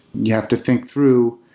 you have to think through.